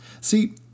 See